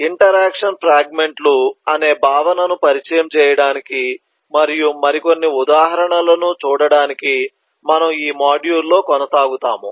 interaction fragment లు అనే భావనను పరిచయం చేయడానికి మరియు మరికొన్ని ఉదాహరణలను చూడటానికి మనము ఈ మాడ్యూల్లో కొనసాగుతాము